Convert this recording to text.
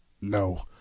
No